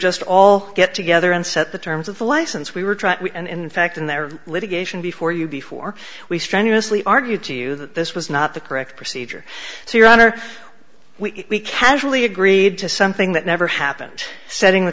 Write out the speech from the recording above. just all get together and set the terms of the license we were trying and in fact in their litigation before you before we strenuously argued to you that this was not the correct procedure so your honor we casually agreed to something that never happened setting the